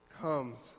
comes